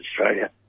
Australia